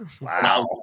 Wow